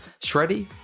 Shreddy